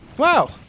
Wow